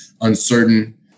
uncertain